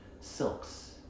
silks